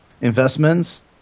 investments